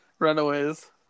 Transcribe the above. Runaways